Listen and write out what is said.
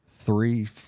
three